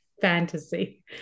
fantasy